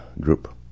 group